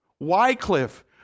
Wycliffe